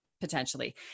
potentially